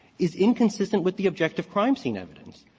is inconsistent with the objective crime scene evidence.